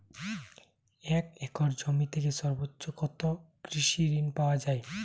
এক একর জমি থেকে সর্বোচ্চ কত কৃষিঋণ পাওয়া য়ায়?